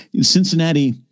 Cincinnati